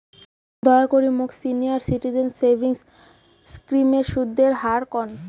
দয়া করে মোক সিনিয়র সিটিজেন সেভিংস স্কিমের সুদের হার কন